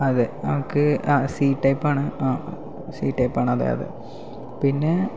അതെ നമുക്ക് സി ടൈപ്പാണ് സി ടൈപ്പാണ് അതേ അതെ പിന്നേ